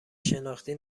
شناختی